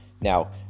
Now